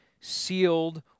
sealed